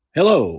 Hello